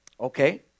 Okay